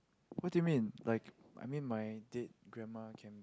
what do you mean like I mean my dad grandma can